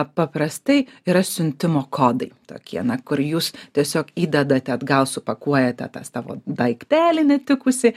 paprastai yra siuntimo kodai tokie na kur jūs tiesiog įdedate atgal supakuojate tą savo daiktelį netikusį